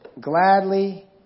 gladly